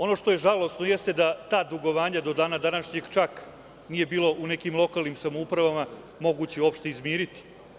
Ono što je žalosno, jeste da ta dugovanja do dana današnjeg čak nije bilo moguće u nekim lokalnim samoupravama uopšte izmiriti.